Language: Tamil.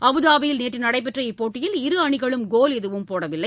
அபுதாபியில் நேற்றுடைபெற்ற இப்போட்டியில் இரு அணிகளும் கோல் எதுவும் போடவில்லை